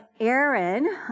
Aaron